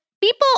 People